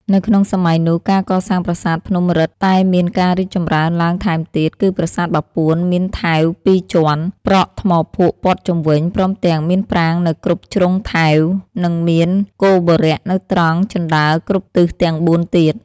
នៅក្នុងសម័យនោះ ការកសាងប្រាសាទភ្នំរិតតែមានការរីកចម្រើនឡើងថែមទៀត គឺប្រាសាទបាពួនមានថែវពីរជាន់ ប្រក់ថ្មភក់ព័ទ្ធជុំវិញ ព្រមទាំង មានប្រាង្គនៅគ្រប់ជ្រុងថែវ និងមានគោបុរៈនៅត្រង់ជណ្ដើរគ្រប់ទិសទាំងបួនទៀត ។